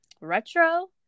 retro